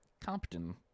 Compton